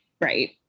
Right